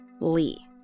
Lee